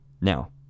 Now